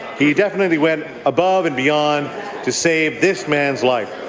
he definitely went above and beyond to save this man's life.